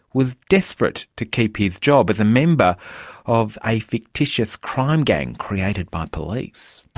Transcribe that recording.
was desperate to keep his job as a member of a fictitious crime gang created by police.